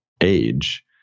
age